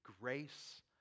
grace